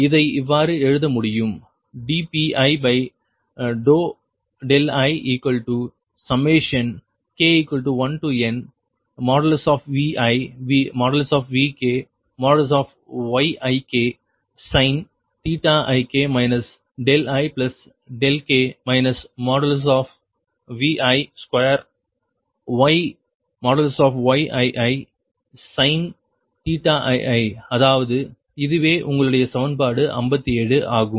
இதை இவ்வாறு எழுத முடியும் Piik1nViVkYiksin ik ik Vi2Yiisin ii அதாவது இதுவே உங்களுடைய சமன்பாடு 57 ஆகும்